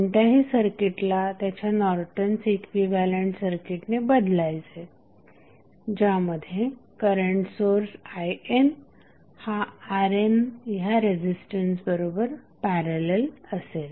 कोणत्याही सर्किटला त्याच्या नॉर्टन्स इक्विव्हॅलंट सर्किटने बदलायचे ज्यामध्ये करंट सोर्स IN हा RNह्या रेझिस्टन्स बरोबर पॅरलल असेल